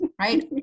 right